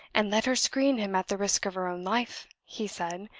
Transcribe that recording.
and let her screen him at the risk of her own life, he said,